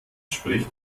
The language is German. spricht